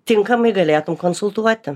tinkamai galėtum konsultuoti